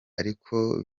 ariko